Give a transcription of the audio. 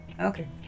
Okay